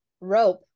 rope